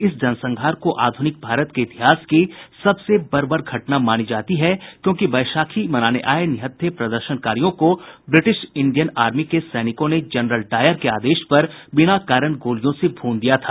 इस जनसंहार को आधुनिक भारत के इतिहास की सबसे बर्बर घटना मानी जाती है क्योंकि बैसाखी मनाने आए निहत्थे प्रदर्शनकारियों को ब्रिटिश इंडियन आर्मी के सैनिकों ने जनरल डायर के आदेश पर बिना कारण गोलियों से भून दिया था